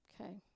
Okay